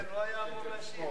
הוא היה אמור להשיב.